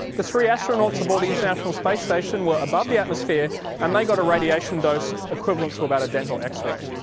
the three astronauts aboard the international space station were above the atmosphere and they got a radiation dose equivalent to about a dental x-ray.